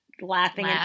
laughing